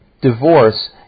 divorce